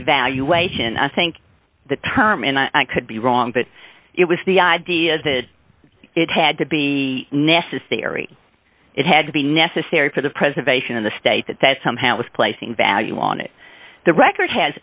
valuation i think the term and i could be wrong but it was the idea that it had to be necessary it had to be necessary for the preservation of the state that that somehow was placing value on it the record has